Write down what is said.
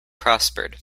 prospered